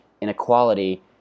inequality